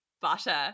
butter